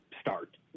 start